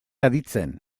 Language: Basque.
aditzen